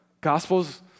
gospel's